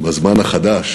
בזמן החדש